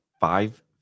five